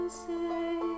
say